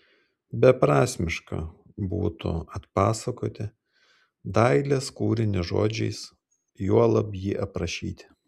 beprasmiška būtų atpasakoti dailės kūrinį žodžiais juolab jį aprašyti